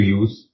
use